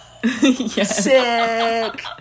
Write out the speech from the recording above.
sick